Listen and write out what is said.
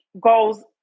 goes